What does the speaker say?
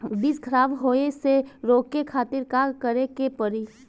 बीज खराब होए से रोके खातिर का करे के पड़ी?